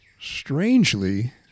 strangely